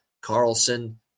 Carlson